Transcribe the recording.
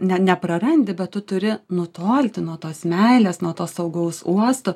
ne neprarandi bet tu turi nutolti nuo tos meilės nuo to saugaus uosto